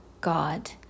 God